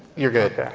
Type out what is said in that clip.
you're good.